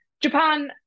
Japan